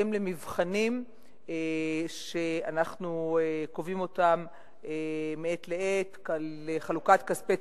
בהתאם למבחנים שאנחנו קובעים מעת לעת לחלוקת כספי